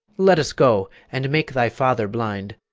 let us go, and make thy father blind,